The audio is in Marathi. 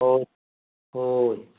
ओके हो ये